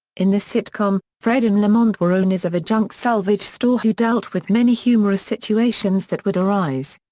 in this sitcom, fred and lamont were owners of a junk salvage store who dealt with many humorous situations that would arise.